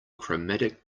chromatic